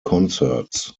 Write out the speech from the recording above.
concerts